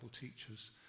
teachers